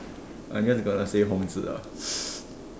I'm just gonna say Hong-Zi ah